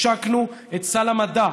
השקנו את סל המדע.